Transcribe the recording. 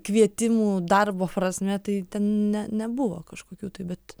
kvietimų darbo prasme tai ne nebuvo kažkokių tai bet